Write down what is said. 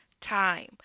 time